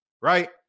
right